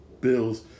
bills